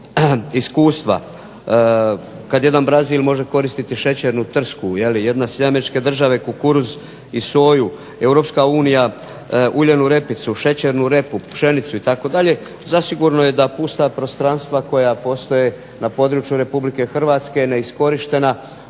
iskustva. Kad jedan Brazil može koristiti šećernu tekst je li, Američke Države kukuruz i soju, Europska unija uljanu repicu, šećernu repu, pšenicu itd., zasigurno je da pusta prostranstva koja postoje na području Republike Hrvatske neiskorištena